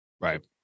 Right